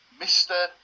Mr